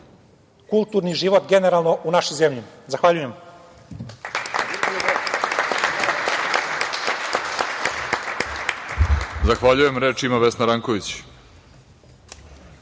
kulturni život, generalno u našu zemlju. Zahvaljujem.